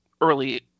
early